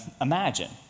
imagine